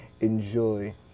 enjoy